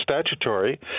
statutory